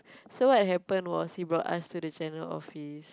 so what happened was he brought us to the general office